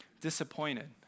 disappointed